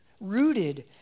rooted